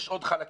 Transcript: יש עוד חלקים,